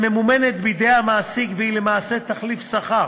שממומנת בידי המעסיק והיא למעשה תחליף שכר,